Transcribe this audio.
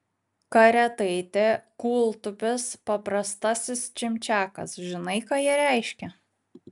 karetaitė kūltupis paprastasis čimčiakas žinai ką jie reiškia